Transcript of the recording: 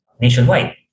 nationwide